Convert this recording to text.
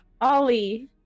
Ollie